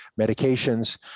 medications